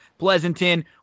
Pleasanton